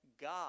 God